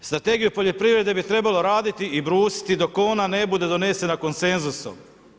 Strategiju poljoprivrede, bi trebalo raditi i brusiti dok ona ne bude donesena konsenzusom.